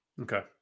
Okay